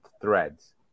threads